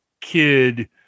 kid